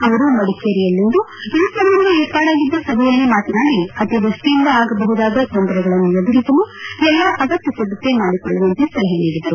ಅವರು ಮಡಿಕೇರಿಯಲ್ಲಿಂದು ಈ ಸಂಬಂಧ ಏರ್ಪಾಡಾಗಿದ್ದ ಸಭೆಯಲ್ಲಿ ಮಾತನಾಡಿ ಅತಿವೃಷ್ಷಿಯಿಂದ ಆಗಬಹುದಾದ ತೊಂದರೆಗಳನ್ನು ಎದುರಿಸಲು ಎಲ್ಲ ಅಗತ್ಯ ಸಿದ್ಧತೆ ಮಾಡಿಕೊಳ್ಳುವಂತೆ ಸಲಹೆ ನೀಡಿದರು